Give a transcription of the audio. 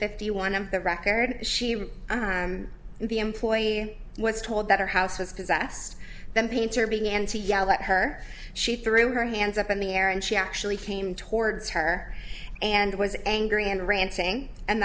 fifty one of the record she wrote the employee was told that her house was possessed the painter began to yell at her she threw her hands up in the air and she actually came towards her and was angry and ranting and